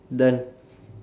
done